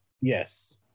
Yes